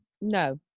no